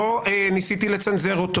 לא ניסיתי לצנזר אותו